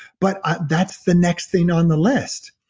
but that's the next thing on the list,